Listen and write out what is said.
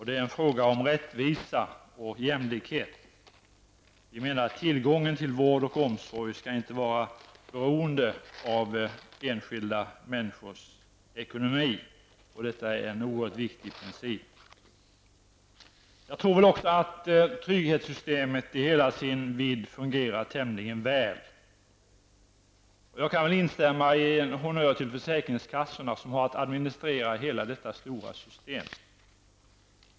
Det är en fråga om rättvisa och jämlikhet. Vi menar att enskilda människors ekonomi inte får vara avgörande när det gäller tillgången till vård och omsorg. Det är en oerhört viktig princip. Vidare tror jag att trygghetssystemet totalt sett fungerar tämligen väl. Jag kan också ge en honnör till försäkringskassorna, som har att administrera hela detta stora system.